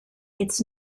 its